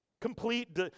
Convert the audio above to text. complete